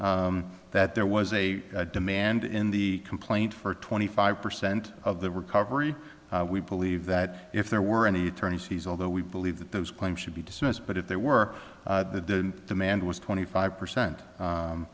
that there was a demand in the complaint for twenty five percent of the recovery we believe that if there were any attorneys he's although we believe that those claims should be dismissed but if they were the man who was twenty five percent